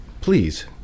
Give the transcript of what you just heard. please